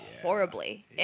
horribly